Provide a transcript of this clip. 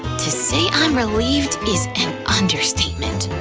to say i'm relieved is an understatement.